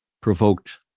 provoked